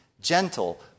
gentle